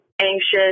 anxious